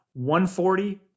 140